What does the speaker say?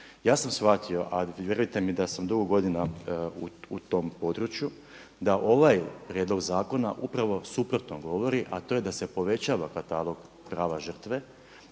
Ja sam shvatio, a vjerujte mi da sam dugo godina u tom području, da ovaj prijedlog zakona upravo suprotno govori, a to je da se povećava katalog prava žrtve,